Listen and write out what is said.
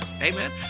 Amen